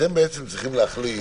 אתם צריכים להחליט